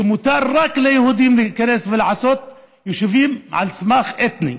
שמותר רק ליהודים להיכנס ולעשות יישובים על בסיס אתני,